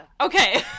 Okay